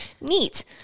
Neat